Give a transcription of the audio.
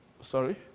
sorry